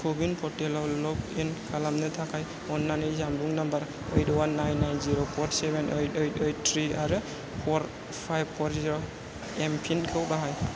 क'विन पर्टेलाव log in खालामनो थाखाय अन्नानै जानबुं number eight one nine nine zero four seven eight eight eight three आरो four five four zero M PIN खौ बाहाय